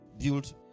build